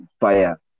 fire